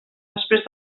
després